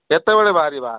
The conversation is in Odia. କେତେବେଳେ ବାହାରିବା